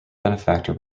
benefactor